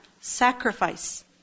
sacrifice